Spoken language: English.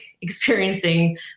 experiencing